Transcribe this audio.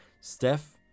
Steph